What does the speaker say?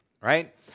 right